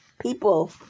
People